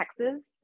Texas